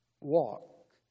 Walk